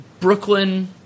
Brooklyn